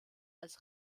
als